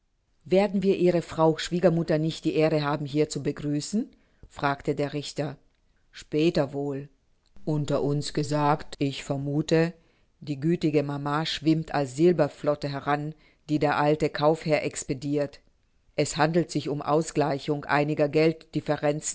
werden wir ihre frau schwiegermutter nicht die ehre haben hier zu begrüßen fragte der richter später wohl unter uns gesagt ich vermuthe die gütige mama schwimmt als silberflotte heran die der alte kaufherr expedirt es handelt sich um ausgleichung einiger